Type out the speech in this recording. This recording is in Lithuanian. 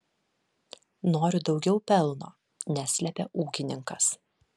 noriu daugiau pelno neslėpė ūkininkas